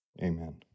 Amen